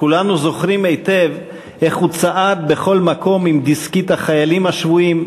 כולנו זוכרים היטב איך הוא צעד בכל מקום עם דסקית של החיילים השבויים,